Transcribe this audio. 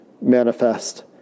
manifest